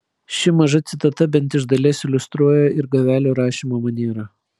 ši maža citata bent iš dalies iliustruoja ir gavelio rašymo manierą